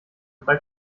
bei